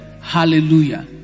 Hallelujah